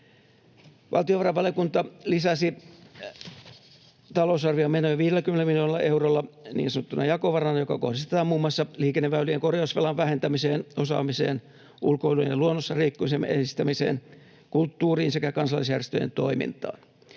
Valtiovarainvaliokunta lisäsi talousarviomenoja 50 miljoonalla eurolla niin sanottuna jakovarana, joka kohdistetaan muun muassa liikenneväylien korjausvelan vähentämiseen, osaamiseen, ulkoilun ja luonnossa liikkumisen edistämiseen, kulttuuriin sekä kansalaisjärjestöjen toimintaan.